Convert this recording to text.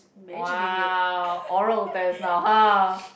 !wow! oral test now !huh!